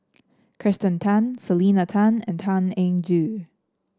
Kirsten Tan Selena Tan and Tan Eng Joo